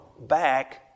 back